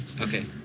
Okay